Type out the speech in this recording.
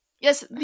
Yes